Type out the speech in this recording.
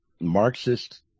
Marxist